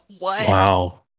wow